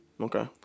Okay